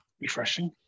refreshing